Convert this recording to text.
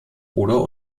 oder